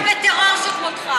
תומך בטרור שכמותך.